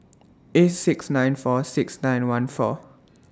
eight six nine four six nine one four